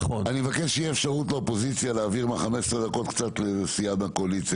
מכיוון שבעצם לדעתי ההתפטרות של היו"ר נכנסת לתוקף סביב 5 בבוקר.